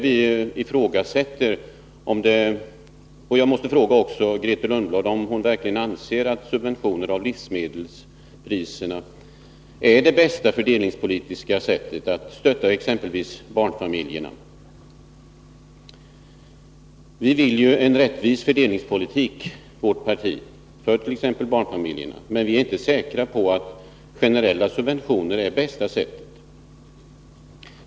Vi ifrågasätter — och jag måste också fråga Grethe Lundblad om hon anser det — att subventioner av livsmedelspriserna är det bästa fördelningspolitiska sättet att stötta exempelvis barnfamiljerna. I vårt parti vill vi ju ha en rättvis fördelningspolitik för t.ex. barnfamiljerna, men vi är inte säkra på att generella subventioner är det bästa sättet.